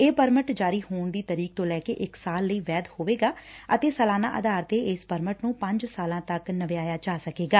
ਇਹ ਪਰਮਟ ਜਾਰੀ ਹੋਣ ਦੀ ਤਰੀਕ ਤੋਂ ਲੈ ਕੇ ਇਕ ਸਾਲ ਲਈ ਵੈਧ ਹੋਵੇਗਾ ਅਤੇ ਸਾਲਾਨਾ ਆਧਾਰ ਤੇ ਇਸ ਪਰਮਟ ਨੂੰ ਪੰਜ ਸਾਲਾਂ ਤੱਕ ਨਵਿਆਇਆ ਜਾ ਸਕੇਗਾ